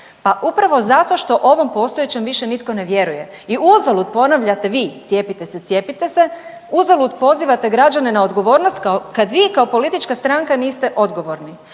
pa upravo zato što ovom postojećem više nitko ne vjeruje. I uzalud ponavljate vi, cijepite se, cijepite se, uzalud pozivate građane na odgovornost kad vi kao politička stranka niste odgovorni.